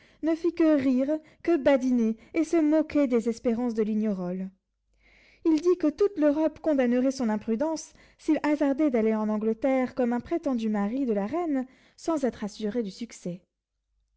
ne fit que rire que badiner et se moquer des espérances de lignerolles il dit que toute l'europe condamnerait son imprudence s'il hasardait d'aller en angleterre comme un prétendu mari de la reine sans être assuré du succès